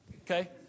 Okay